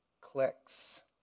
clicks